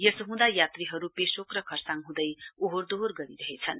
यसो हुँदा यात्रीहरु पेशोक र खरसाङ हुँदै ओहोर दोहोर गरिरहेछन्